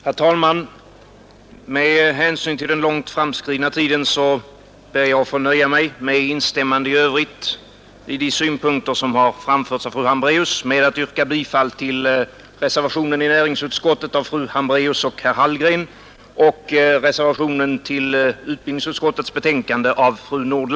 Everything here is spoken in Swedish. Herr talman! Med hänsyn till den långt framskridna tiden ber jag att få nöja mig med att, med instämmande i övrigt i de synpunkter som har framförts av fru Hambraeus, yrka bifall till reservationen av fru Hambraeus och herr Hallgren vid näringsutskottets betänkande nr 37 och till reservationen av fru Nordlander vid utbildningsutskottets betänkande nr 27